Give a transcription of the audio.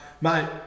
mate